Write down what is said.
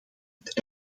het